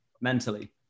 mentally